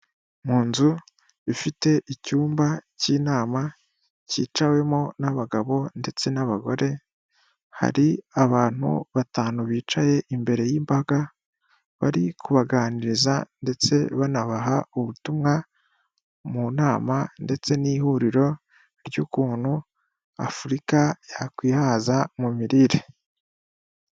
Mu nzu bifite icyumba cy'inama cyicawemo n'abagabo ndetse n'abagore, hari abantu batanu bicaye imbere y'imbaga bari kubaganiriza ndetse banabaha ubutumwa mu nama ndetse n'ihuriro ry'ukuntu Afurika yakwihaza mu mirire.